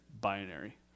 binary